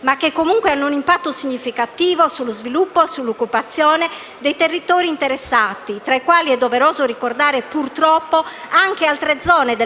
ma che comunque hanno un impatto significativo sullo sviluppo e sull'occupazione dei territori interessati, tra i quali è doveroso ricordare, purtroppo, anche altre zone,